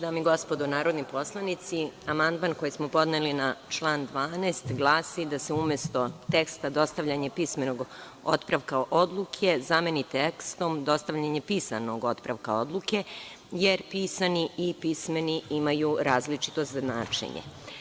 Dame i gospodo narodni poslanici, amandman koji smo podneli na član 12. glasi da se umesto teksta: "dostavljanje pismenog otpravka odluke" zameni tekstom: "dostavljanje pisanog otpravka odluke", jer pisani i pismeni imaju različito značenje.